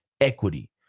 equity